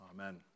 Amen